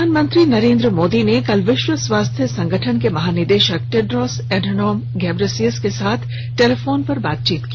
प्रधानमंत्री नरेन्द्र मोदी ने कल विश्व स्वास्थ्य संगठन के महानिदेशक टेड्रोस एडहेनम घेब्रेसियस के साथ टेलीफोन पर बातचीत की